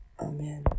amen